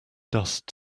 dust